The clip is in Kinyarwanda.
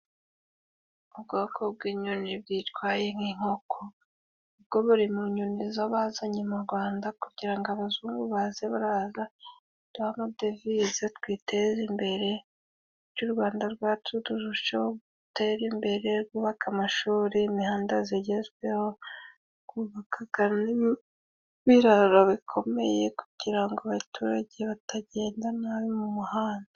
Ubwoko bw'inyoni bwitwaye nk'inkoko. Bwo buri mu nyoni zo bazanye mu Rwanda kugira ngo abazungu baze baraza baduhe amadovize twiteze imbere, bityo u Rwanda rwacu, turusheho gutera imbere rwubaka amashuri, imihanda zigezweho, gubakaga n'ibiraro bikomeye kugira ngo abaturage batagenda nabi mu muhanda.